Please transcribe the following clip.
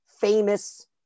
famous